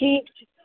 ٹھیٖک چھُ